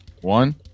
one